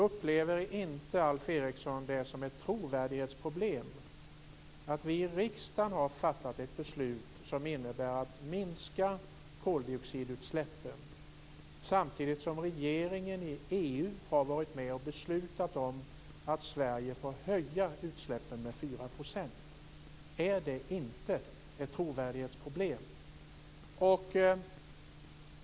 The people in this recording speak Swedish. Upplever inte Alf Eriksson det som ett trovärdighetsproblem att vi i riksdagen har fattat ett beslut som innebär att vi skall minska koldioxidutsläppen samtidigt som regeringen i EU har varit med och beslutat om att Sverige får höja utsläppen med 4 %? Är det inte ett trovärdighetsproblem?